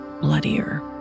bloodier